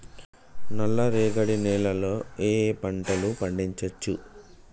నల్లరేగడి నేల లో ఏ ఏ పంట లు పండించచ్చు?